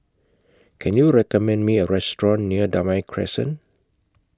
Can YOU recommend Me A Restaurant near Damai Crescent